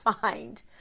find